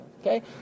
Okay